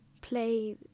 play